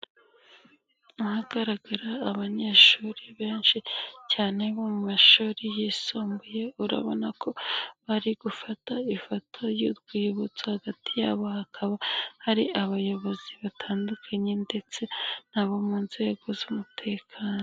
Ahagaragara abanyeshuri benshi cyane bo mu mashuri yisumbuye, urabona ko bari gufata ifoto y'urwibutso hagati yabo hakaba hari abayobozi batandukanye ndetse n'abo mu nzego z'umutekano.